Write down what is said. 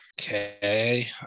Okay